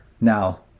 now